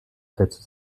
setzte